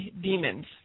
demons